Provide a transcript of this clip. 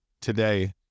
today